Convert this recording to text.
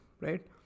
right